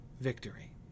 victory